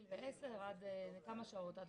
10:27.